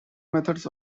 methods